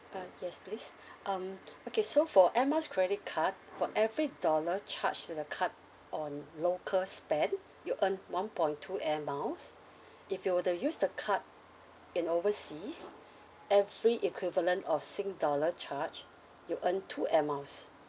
uh yes please um okay so for air miles credit card for every dollar charge to the card on local spend you earn one point two air miles if you were to use the card in overseas every equivalent of sing dollar charge you earn two air miles